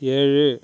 ஏழு